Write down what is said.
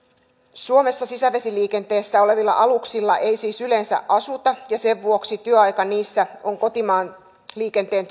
suomessa sisävesiliikenteessä olevilla aluksilla ei siis yleensä asuta ja sen vuoksi työaika niissä on kotimaanliikenteen